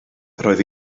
roedd